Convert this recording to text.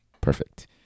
Perfect